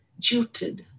juted